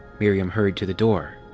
miriam hurried to the door.